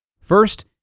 First